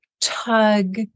tug